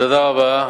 תודה רבה.